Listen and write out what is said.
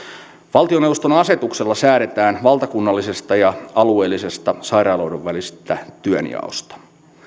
valtioneuvoston asetuksella säädetään valtakunnallisesta ja alueellisesta sairaaloiden välisestä työnjaosta